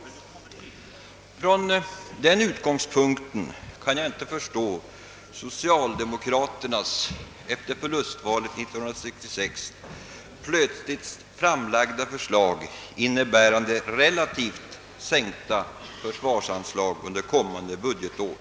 Från den utgångspunkten kan jag inte förstå socialdemokraternas efter förlustvalet 1966 plötsligt framlagda förslag, innebärande relativt sänkta försvarsanslag under kommande budgetår.